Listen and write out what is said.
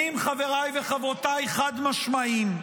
חבריי וחברותיי, הנתונים חד-משמעיים.